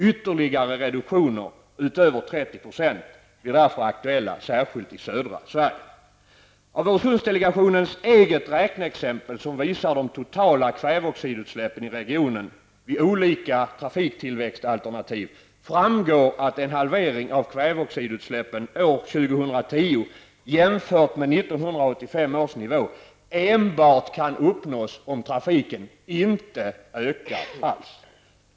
Ytterligare reduktioner utöver 30 % blir därför aktuella särskilt i södra Sverige.'' Av Öresundsdelegationens eget räkneexempel, som visar de totala kväveoxidutsläppen i regionen vid olika trafiktillväxtalternativ, framgår att en halvering av kväveoxidutsläppen år 2010 jämfört med 1985 års nivå enbart kan uppnås om trafiken inte ökar alls.